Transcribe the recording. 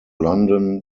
london